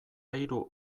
hiru